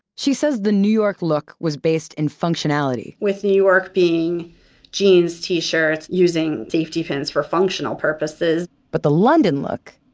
she says the new york look was based in functionality with new york being jeans, t-shirts, using safety pins for functional purposes but the london look,